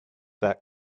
that